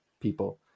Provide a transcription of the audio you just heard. people